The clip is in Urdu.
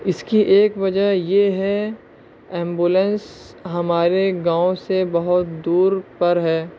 اس کی ایک وجہ یہ ہے ایمبولنس ہمارے گاؤں سے بہت دور پر ہے